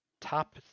top